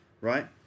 right